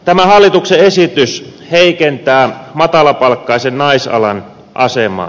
tämä hallituksen esitys heikentää matalapalkkaisen naisalan asemaa